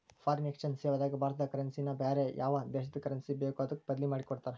foreign exchange ಸೇವಾದಾಗ ಭಾರತದ currency ನ ಬ್ಯಾರೆ ಯಾವ್ ದೇಶದ್ ಕರೆನ್ಸಿ ಬೇಕೊ ಅದಕ್ಕ ಬದ್ಲಿಮಾದಿಕೊಡ್ತಾರ್